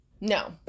no